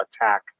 attack